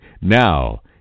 Now